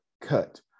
cut